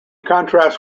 contrast